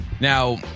Now